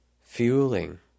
fueling